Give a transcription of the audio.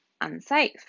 unsafe